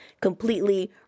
completely